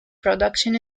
production